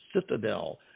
Citadel